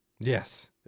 Yes